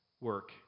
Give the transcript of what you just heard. work